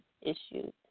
issues